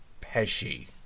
Pesci